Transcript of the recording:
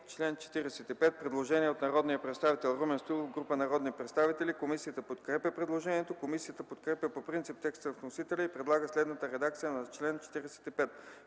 чл. 13 има предложение от народния представител Румен Стоилов и група народни представители. Комисията подкрепя предложението. Комисията подкрепя по принцип текста на вносителя и предлага следната редакция на чл.